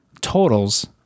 totals